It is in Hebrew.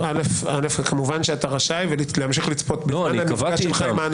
כמובן שאתה רשאי, ולהמשיך לצפות --- קבעתי איתם.